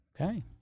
Okay